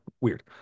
weird